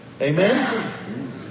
Amen